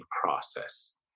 process